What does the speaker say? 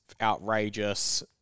outrageous